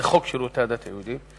זה חוק שירותי הדת היהודיים.